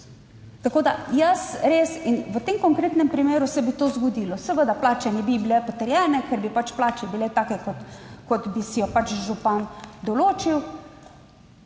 bodo pa menjali. V tem konkretnem primeru se bo to zgodilo, seveda plače ne bi bile potrjene, ker bi pač plače bile take, kot bi si jo pač župan določil.